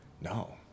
No